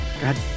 god